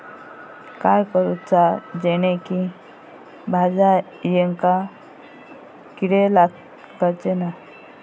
काय करूचा जेणेकी भाजायेंका किडे लागाचे नाय?